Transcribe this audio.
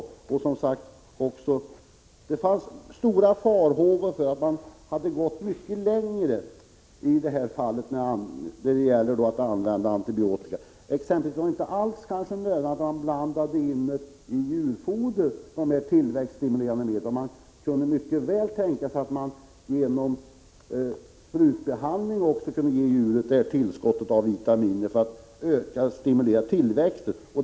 Farhågorna var stora för att man annars skulle ha gått mycket längre när det gäller användning av antibiotika, och t.ex. blandat in tillväxtmedel i djurfoder eller sprutat in vitaminer för att stimulera djurens tillväxt.